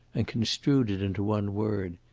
and construed it into one word.